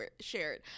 shared